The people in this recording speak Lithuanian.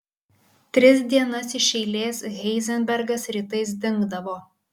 tris dienas iš eilės heizenbergas rytais dingdavo